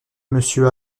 monsieur